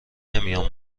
نمیام